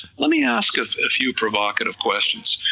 let me ask a few provocative questions,